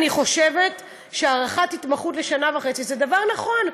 אני חושבת שהארכת התמחות לשנה וחצי היא דבר נכון,